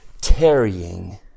tarrying